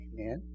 Amen